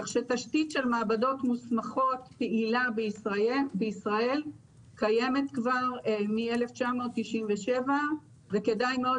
תשתית של מעבדות מוסמכות פעילה בישראל קיימת כבר מ-1997 וכדאי מאוד